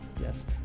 Yes